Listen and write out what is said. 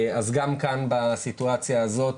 אז גם כאן בסיטואציה הזאת,